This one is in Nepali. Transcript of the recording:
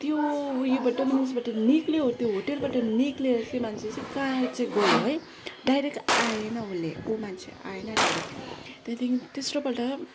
त्यो उयोबाट उयेसबाट निकल्यो त्यो होटेलबाट निक्लेर त्यो मान्छे चाहिँ कहाँ चाहिँ गयो है डाइरेक्ट आएन उले ऊ मान्छे आएन डाइरेक्ट त्यहाँदेखि तेस्रोपल्ट